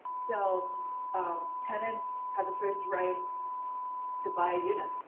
so tenants have the first right to buy a unit,